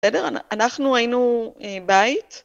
בסדר? אנ.. אנחנו היינו אה.. בית.